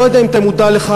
אני לא יודע אם אתה מודע לכך,